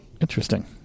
interesting